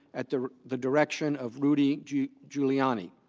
at the the direction of rudy giuliani.